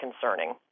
concerning